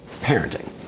parenting